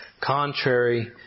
contrary